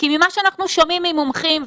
כי ממה שאנחנו שומעים ממומחים,